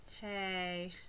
Hey